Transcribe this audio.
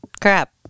crap